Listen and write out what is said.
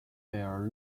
their